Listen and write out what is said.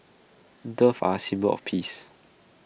doves are A symbol of peace